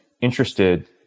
interested